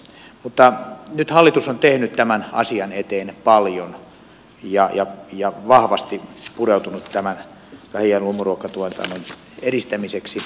mutta nyt hallitus on tehnyt tämän asian eteen paljon ja vahvasti pureutunut tämän lähi ja luomuruokatuotannon edistämiseksi